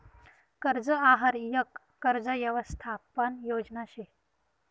कर्ज आहार यक कर्ज यवसथापन योजना शे